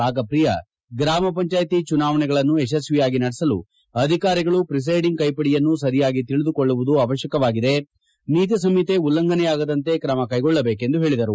ರಾಗಪ್ರಿಯ ಗ್ರಾಮ ಪಂಚಾಯಿತಿ ಚುನಾವಣೆಗಳನ್ನು ಯಶಸ್ವಿಯಾಗಿ ನಡೆಸಲು ಅಧಿಕಾರಿಗಳು ಪ್ರಿಸೈಡಿಂಗ್ ಕೈಪಿಡಿಯನ್ನು ಸರಿಯಾಗಿ ತಿಳಿದುಕೊಳ್ಳುವುದು ಅತ್ಯವಶ್ಯಕವಾಗಿದೆ ನೀತಿ ಸಂಹಿತೆ ಉಲ್ಲಂಘನೆಯಾಗದಂತೆ ಕ್ರಮಕ್ಟೆಗೊಳ್ಳಬೇಕೆಂದು ಹೇಳಿದರು